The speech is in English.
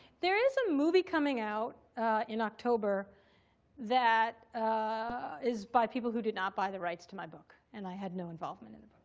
there is a movie coming out in october that is by people who did not buy the rights to my book. and i had no involvement in it.